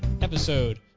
episode